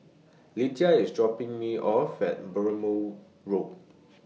Letitia IS dropping Me off At Burmah Road